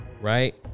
right